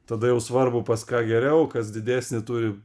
tada jau svarbu pas ką geriau kas didesnį turi